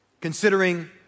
Considering